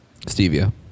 Stevia